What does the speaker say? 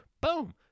Boom